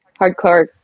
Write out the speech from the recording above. hardcore